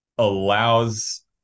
allows